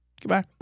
Goodbye